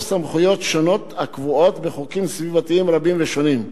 סמכויות שונות הקבועות בחוקים סביבתיים רבים ושונים.